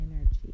energy